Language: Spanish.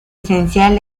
esencial